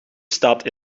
staat